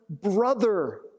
brother